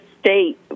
state